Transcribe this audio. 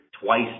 twice